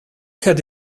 had